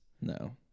No